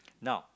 now